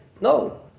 no